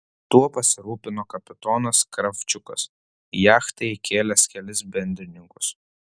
tuo pasirūpino kapitonas kravčiukas į jachtą įkėlęs kelis bendrininkus